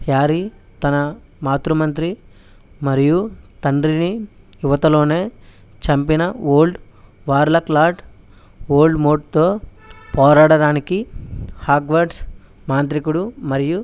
ప్యారి తన మాతృ మంత్రి మరియు తండ్రిని యువతలోనే చంపిన ఓల్డ్ వార్లా క్లాట్ ఓల్డ్ మోడ్తో పోరాడడానికి హార్డ్వార్డ్స్ మాంత్రికుడు మరియు